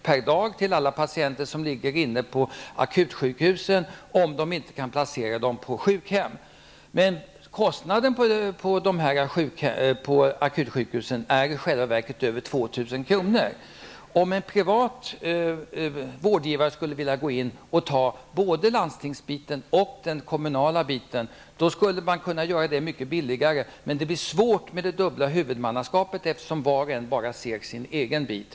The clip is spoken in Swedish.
per dag för en patient som ligger inne på akutsjukhusen, om inte patienten kan placeras på sjukhem. Kostnaderna för en plats på akutsjukhusen är i själva verket över 2 000 kr. Om en privat vårdgivare går in och övertar både landstingsbiten och den kommunala delen, skulle det bli mycket billigare, men det blir svårt när man har dubbelt huvudmannaskap, eftersom var och en bara ser sin egen bit.